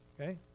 okay